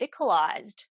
medicalized